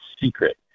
secret